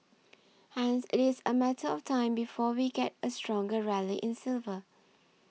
hence it is a matter of time before we get a stronger rally in silver